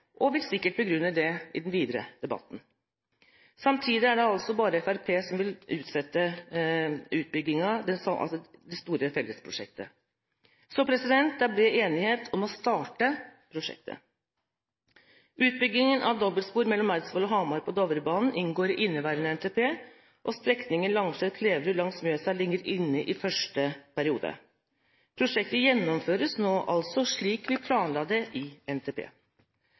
og vil sikkert begrunne det i den videre debatten. Samtidig er det bare Fremskrittspartiet som vil utsette det store fellesprosjektet. Så det er bred enighet om å starte prosjektet. Utbyggingen av dobbeltspor mellom Eidsvoll og Hamar på Dovrebanen inngår i inneværende NTP, og strekningen Langset–Kleverud langs Mjøsa ligger inne i første periode. Prosjektet gjennomføres nå altså slik vi planla det i NTP.